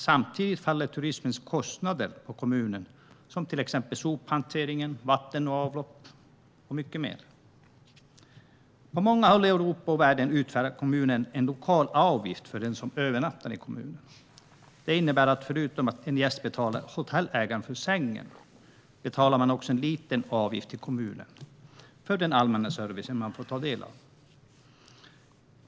Samtidigt faller turismens kostnader på kommunen, till exempel sophantering, vatten och avlopp och mycket mer. På många håll i Europa och världen tar kommunen ut en lokal avgift av den som övernattar i kommunen. Det innebär att man att som gäst, förutom att betala hotellägaren för sängen, också betalar en liten avgift till kommunen för den allmänna service man får del av.